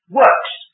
works